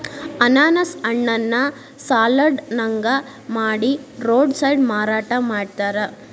ಅನಾನಸ್ ಹಣ್ಣನ್ನ ಸಲಾಡ್ ನಂಗ ಮಾಡಿ ರೋಡ್ ಸೈಡ್ ಮಾರಾಟ ಮಾಡ್ತಾರ